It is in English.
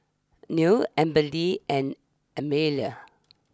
Nell Amberly and Amelia